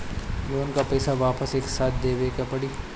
Loan का पईसा वापिस एक साथ देबेके पड़ी?